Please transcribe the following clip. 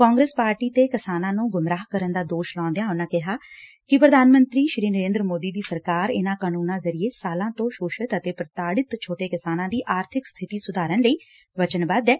Congress party ਤੇ ਕਿਸਾਨਾਂ ਨੂੰ ਗੁੰਮਰਾਹ ਦਾ ਦੋਸ਼ ਲਾਉਂਦਿਆਂ ਉਨਾਂ ਕਿਹਾ ਕਿ ਪ੍ਰਧਾਨ ਮੰਤਰੀ ਨਰੇਂਦਰ ਮੋਦੀ ਦੀ ਸਰਕਾਰ ਇਨਾਂ ਕਾਨੂੰਨਾਂ ਜ਼ਰੀਏ ਸਾਲਾਂ ਤੋਂ ਸੋਸ਼ਤ ਅਤੇ ਪ੍ਰਤਾਤਿਤ ਛੋਟੇ ਕਿਸਾਨਾਂ ਦੀ ਆਰਥਿਕ ਸਥਿਤੀ ਸੁਧਾਰਨ ਲਈ ਵਚਨਬੱਧ ਐ